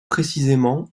précisément